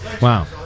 Wow